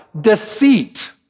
deceit